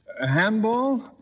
Handball